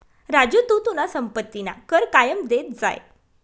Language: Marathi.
राजू तू तुना संपत्तीना कर कायम देत जाय